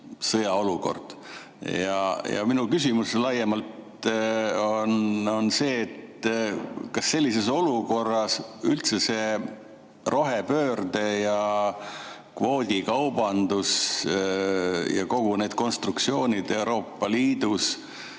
sõjaolukord. Ja minu küsimus laiemalt on see: kas sellises olukorras täna see rohepööre ja kvoodikaubandus ja kõik need konstruktsioonid Euroopa Liidus